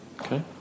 Okay